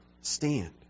stand